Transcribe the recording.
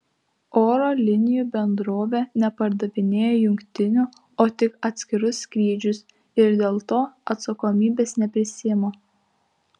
oro linijų bendrovė nepardavinėja jungtinių o tik atskirus skrydžius ir dėl to atsakomybės neprisiima